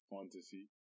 fantasy